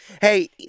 Hey